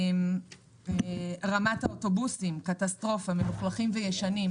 רמת האוטובוסים קטסטרופה, הם מלוכלכים וישנים.